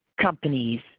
companies